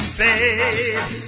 babe